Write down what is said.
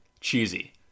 cheesy